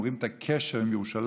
הם רואים את הקשר עם ירושלים,